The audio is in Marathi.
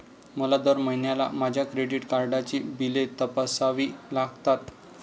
मला दर महिन्याला माझ्या क्रेडिट कार्डची बिले तपासावी लागतात